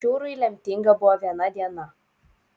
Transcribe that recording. čiūrui lemtinga buvo viena diena